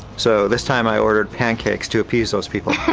so this time i ordered pancakes to appease those people.